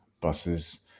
buses